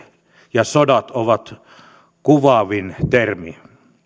ja sodat ovat kuvaavin termi